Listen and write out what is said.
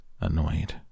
annoyed